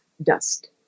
dust